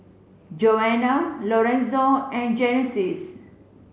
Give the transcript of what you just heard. Joana Lorenzo and Genesis